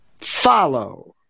follow